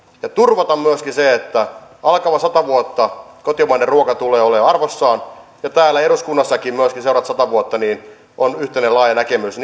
ja turvata myöskin sen että alkavan sadan vuoden aikana kotimainen ruoka tulemaan olemaan arvossaan ja täällä eduskunnassakin myöskin seuraavat sata vuotta on yhteinen laaja näkemys